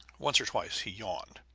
once or twice he yawned.